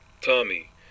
Tommy